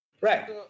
Right